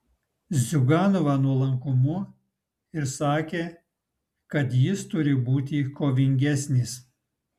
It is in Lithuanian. ziuganovą nuolankumu ir sakė kad jis turi būti kovingesnis